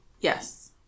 Yes